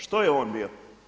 Što je on bio?